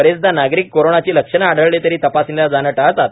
बरेचदा नागरिक कोरोनाची लक्षणे आढळली तरी तपासणीला जाणे टाळतात